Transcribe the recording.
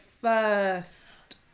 first